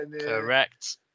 Correct